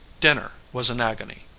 dinner was an agony.